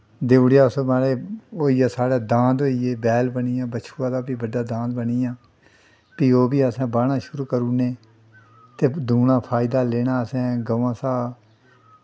देई ओड़ेआ उस म्हाराज होइयै साढ़े दांद होइयै बैल बनी गेआ बच्छू दा फ्ही बड्डा दांद बनी गेआ फ्ही ओह् बी असें ब्हाना शुरु करी ओड़ने ते दूनां फैदा लैना असें गवें शा